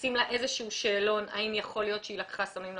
עושים לה איזשהו שאלון האם יכול להיות שהיא לקחה סמים או